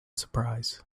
surprise